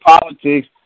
politics